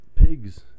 pigs